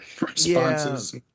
responses